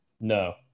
No